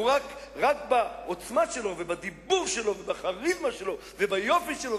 רק בעוצמה שלו ובדיבור שלו ובכריזמה שלו וביופי שלו